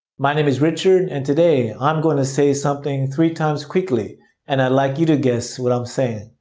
my name is richard and today i'm going to say something three times quickly and i'd like you to guess what i'm saying.